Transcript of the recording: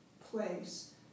place